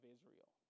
Israel